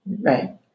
Right